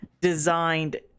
designed